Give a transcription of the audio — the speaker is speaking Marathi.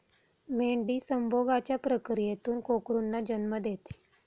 मेंढी संभोगाच्या प्रक्रियेतून कोकरूंना जन्म देते